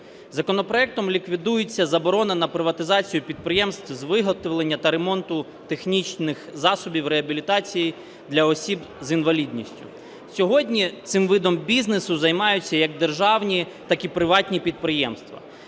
Законопроектом ліквідується заборона на приватизацію підприємств з виготовлення та ремонту технічних засобів реабілітації для осіб з інвалідністю. Сьогодні цим видом бізнесу займаються як державні, так і приватні підприємства.